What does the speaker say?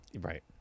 Right